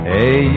Hey